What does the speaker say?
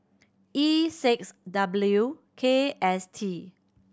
E six W K S T